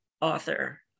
author